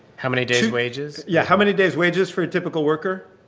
how many days' wages? yeah, how many days' wages for a typical worker?